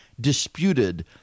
disputed